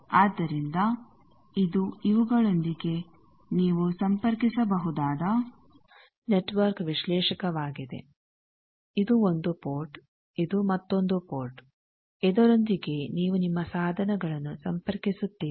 ಆದ್ದರಿಂದ ಇದು ಇವುಗಳೊಂದಿಗೆ ನೀವು ಸಂಪರ್ಕಿಸಬಹುದಾದ ನೆಟ್ವರ್ಕ್ ವಿಶ್ಲೇಷಕವಾಗಿದೆ ಇದು 1 ಪೋರ್ಟ್ ಇದು ಮತ್ತೊಂದು ಪೋರ್ಟ್ ಇದರೊಂದಿಗೆ ನೀವು ನಿಮ್ಮ ಸಾಧನಗಳನ್ನು ಸಂಪರ್ಕಿಸುತ್ತೀರಿ